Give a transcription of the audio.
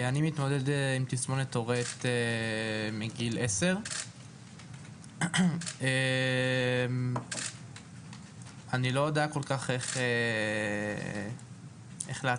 אני מתמודד עם תסמונת טורט מגיל 10. אני לא יודע כל כך איך להתחיל.